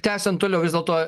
tęsiam toliau vis dėlto